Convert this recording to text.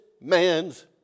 man's